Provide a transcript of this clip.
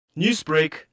Newsbreak